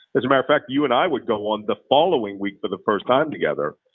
as a matter of fact, you and i would go on the following week for the first time together,